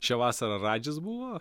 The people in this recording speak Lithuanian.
šią vasarą radžis buvo